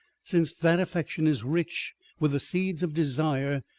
since that affection is rich with the seeds of desire,